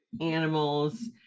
animals